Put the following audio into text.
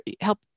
help